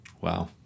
Wow